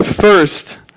First